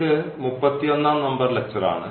ഇത് മുപ്പത്തിയൊന്നാം number lecture ആണ്